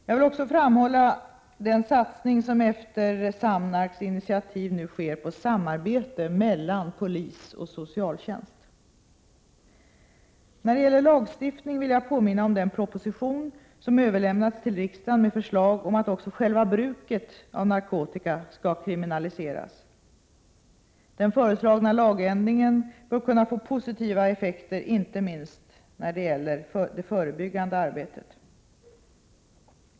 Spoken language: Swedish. Jag vill också framhålla den satsning som efter SAMNARK:s initiativ nu sker på samarbete mellan polis och socialtjänst. När det gäller lagstiftning vill jag påminna om den proposition som överlämnats till riksdagen med förslag att också själva bruket av narkotika skall kriminaliseras. Den föreslagna lagändringen bör kunna få positiva effekter inte minst när det gäller det förebyggande arbetet.